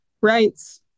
rights